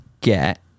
get